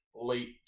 late